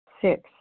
Six